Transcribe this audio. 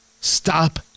stop